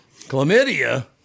Chlamydia